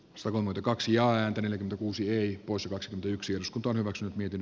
sorvannut kaksi jaa ääntä eli kuusi poissa kaksi yksi osku torrokset miten